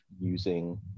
using